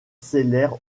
seller